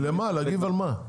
למה, להגיב על מה?